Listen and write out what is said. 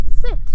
sit